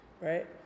right